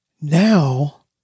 Now